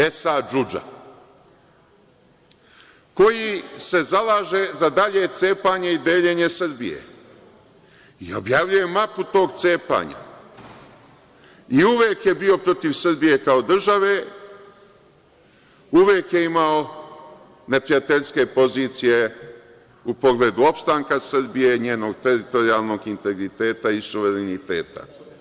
Esad DŽudže koji se zalaže za dalje cepanje i deljenje Srbije i objavljuje mapu tog cepanja i uvek je bio protiv Srbije kao države, uvek je imao neprijateljske pozicije u pogledu opstanka Srbije i njenog teritorijalnog integriteta i suvereniteta.